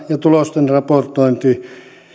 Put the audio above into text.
ja tulosten raportointi